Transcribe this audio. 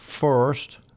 first